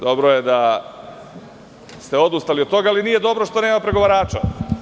Dobro je da ste odustali od toga, ali nije dobro što nema pregovarača.